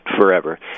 forever